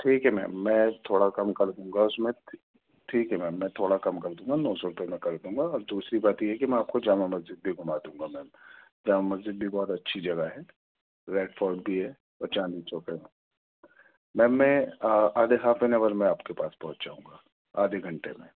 ٹھیک ہے میم میں تھوڑا کم کر دوں گا اس میں ٹھیک ہے میم میں تھوڑا کم کر دوں گا نو سو روپئے میں کر دوں گا اور دوسری بات یہ ہے کہ میں آپ کو جامع مسجد بھی گھما دوں گا میم جامع مسجد بھی بہت اچھی جگہ ہے ریڈ فوٹ بھی ہے اور چاندنی چوک ہے وہاں میم میں آدھے ہاف ان آور میں آپ کے پاس پہنچ جاؤں گا آدھے گھنٹے میں